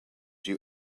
you